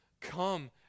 Come